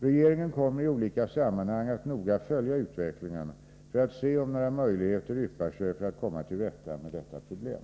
Regeringen kommer i olika sammanhang att noga följa utvecklingen för att se om några möjligheter yppar sig att komma till rätta med detta problem.